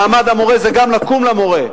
מעמד המורה זה גם לקום למורה.